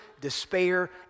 despair